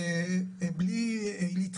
אז למה הוא לא בא ומציג את זה,